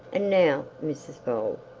and now, mrs bold,